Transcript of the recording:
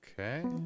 Okay